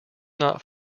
not